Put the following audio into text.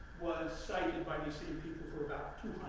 was cited by people for about two